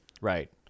Right